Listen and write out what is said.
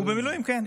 הוא במילואים, כן.